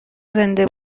زنده